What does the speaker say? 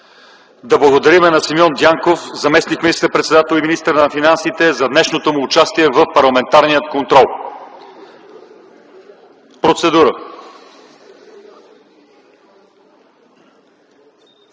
Да благодарим на Симеон Дянков – заместник министър-председател и министър на финансите, за днешното му участие в Парламентарния контрол. Процедура